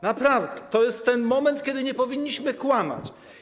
Naprawdę, to jest ten moment, kiedy nie powinniśmy kłamać.